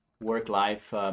work-life